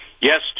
yes